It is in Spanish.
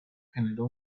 generó